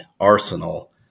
Arsenal